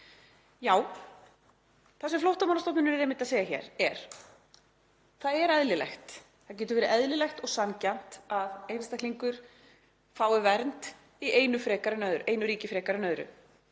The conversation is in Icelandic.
Það sem Flóttamannastofnun er einmitt að segja hér er að það getur verið eðlilegt og sanngjarnt að einstaklingur fái vernd í einu ríki frekar en öðru.